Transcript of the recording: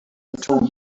until